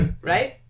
right